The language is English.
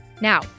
Now